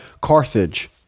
Carthage